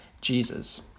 Jesus